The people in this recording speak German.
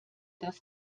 dass